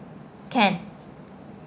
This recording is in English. can